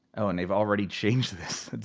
oh and they've already changed this.